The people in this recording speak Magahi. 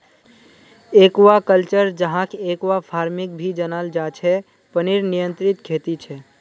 एक्वाकल्चर, जहाक एक्वाफार्मिंग भी जनाल जा छे पनीर नियंत्रित खेती छे